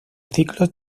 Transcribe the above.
ciclos